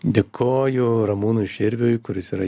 dėkoju ramūnui širviui kuris yra